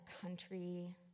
country